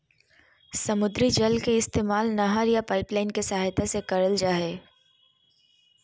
समुद्री जल के इस्तेमाल नहर या पाइपलाइन के सहायता से करल जा हय